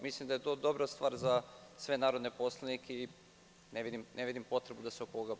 Mislim da je to dobra stvar za sve narodne poslanike i ne vidim potrebu da se oko ovoga prepucavamo.